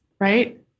right